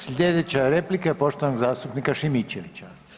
Sljedeća replika je poštovanog zastupnika Šimičevića.